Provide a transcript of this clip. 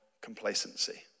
complacency